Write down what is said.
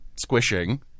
squishing